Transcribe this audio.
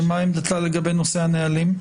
ומה עמדתה לגבי נושא הנהלים?